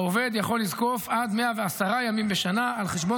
העובד יכול לזקוף עד 110 ימים בשנה על חשבון